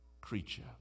creature